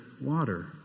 water